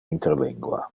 interlingua